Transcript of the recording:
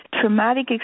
traumatic